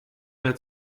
mehr